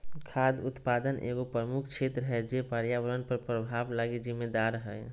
खाद्य उत्पादन एगो प्रमुख क्षेत्र है जे पर्यावरण पर प्रभाव लगी जिम्मेदार हइ